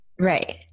Right